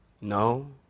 No